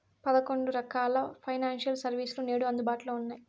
పదకొండు రకాల financial service లు నేడు అందుబాటులో ఉన్నాయి